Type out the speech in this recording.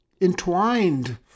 entwined